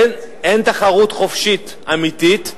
ואין תחרות חופשית אמיתית,